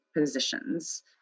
positions